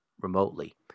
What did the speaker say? remotely